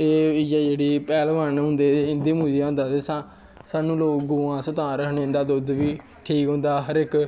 एह् जेह्ड़े पैह्लवान होंदे इं'दे मूजब होंदा ते अस लोग गवां तां रक्खनें इं'दा धुध्द बी ठीक होंदा हर इक